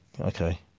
okay